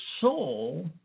soul